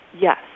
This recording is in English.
Yes